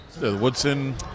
Woodson